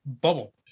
bubble